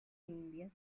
indias